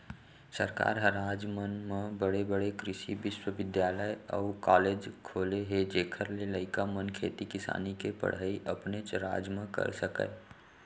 सरकार ह राज मन म बड़े बड़े कृसि बिस्वबिद्यालय अउ कॉलेज खोले हे जेखर ले लइका मन खेती किसानी के पड़हई अपनेच राज म कर सकय